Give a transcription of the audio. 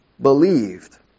believed